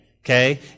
Okay